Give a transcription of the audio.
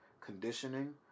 conditioning